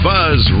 Buzz